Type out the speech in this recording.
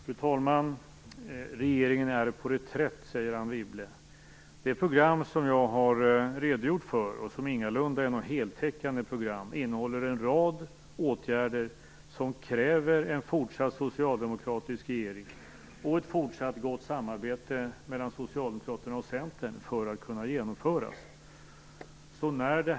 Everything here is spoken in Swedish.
Fru talman! Regeringen är på reträtt, sade Anne Wibble. Det program som jag har redogjort för och som ingalunda är något heltäckande program innehåller en rad åtgärder som kräver en fortsatt socialdemokratisk regering och ett fortsatt gott samarbete mellan socialdemokraterna och Centern för att det skall kunna genomföras.